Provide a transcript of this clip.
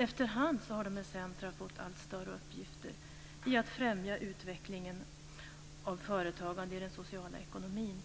Efterhand har dessa centrum fått allt större uppgifter i fråga om att främja utvecklingen av företagande i den sociala ekonomin